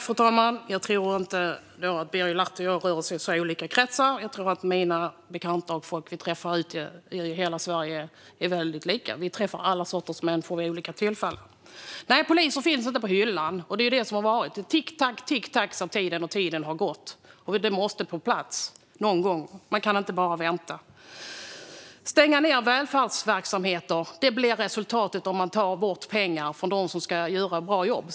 Fru talman! Jag tror inte att Birger Lahti och jag rör oss i så olika kretsar. Jag tror att de bekanta och de människor vi träffar ute i hela Sverige är väldigt lika. Vi träffar alla sorters människor. Nej, poliser finns inte på hyllan. Det är det som är problemet. Tick-tack, sa tiden. Tiden har gått, och dessa poliser måste komma på plats. Man kan inte bara vänta. Stängda välfärdsverksamheter blir resultatet om man tar bort pengar från dem som ska göra ett bra jobb.